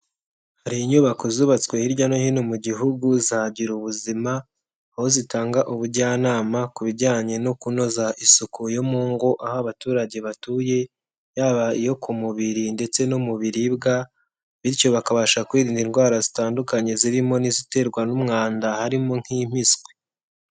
Hari inyubako zubatswe hirya no hino mu gihugu za girubuzima, aho zitanga ubujyanama ku bijyanye no kunoza isuku yo mu ngo aho abaturage batuye, yaba iyo ku mubiri ndetse no mu biribwa bityo bakabasha kwirinda indwara zitandukanye zirimo n'iziterwa n'umwanda harimo nk'impiswi.